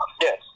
Yes